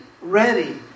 Ready